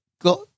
got